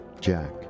jack